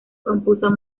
compuso